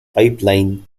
pipeline